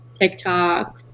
TikTok